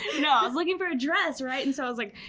no, i was looking for a dress, right? and so i was like.